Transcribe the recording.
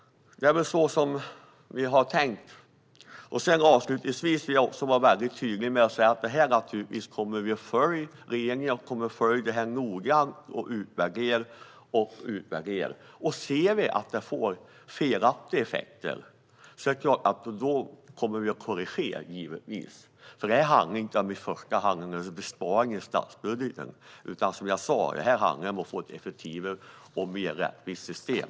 Jag vill vara tydlig med att regeringen kommer att följa upp frågan noggrant och göra utvärderingar. Om reformen får felaktiga effekter kommer det givetvis att ske korrigeringar. Här handlar det inte i första hand om en besparing i statsbudgeten utan om ett effektivare och mer rättvist system.